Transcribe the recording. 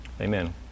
Amen